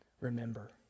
Remember